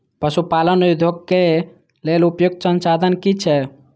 पशु पालन उद्योग के लेल उपयुक्त संसाधन की छै?